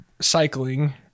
cycling